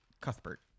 Cuthbert